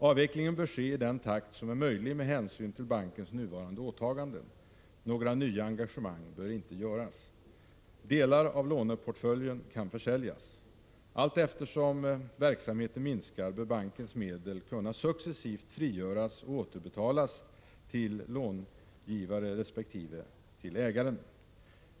Avvecklingen bör ske i den takt som är möjlig med hänsyn till bankens nuvarande åtaganden. Några nya engagemang bör inte göras. Delar av låneportföljen kan försäljas. Allteftersom verksamheten minskar bör bankens medel kunna successivt frigöras och återbetalas till långivare resp. ägare.